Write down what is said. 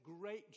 great